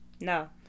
No